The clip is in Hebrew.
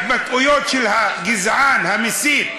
וההתבטאויות של הגזען, המסית,